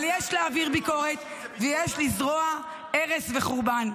אבל יש להעביר ביקורת ויש לזרוע הרס וחורבן.